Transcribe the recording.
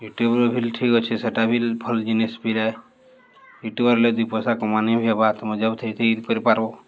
YouTuber ବି ଠିକ୍ ଅଛେ ସେଟା ବି ଭଲ୍ ଜିନିଷ୍ ପିିଲା ୟୁଟ୍ୟୁବର୍ ହେଲେ ଦୁଇ ପଏସା କମାନି ହେବା ତମେ ଯବ୍ ଥାଇ ଥାଇ କରି ପାର୍ବ